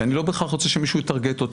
שאני לא בכלל רוצה שמישהו יטרגט אותי,